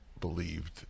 believed